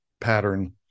pattern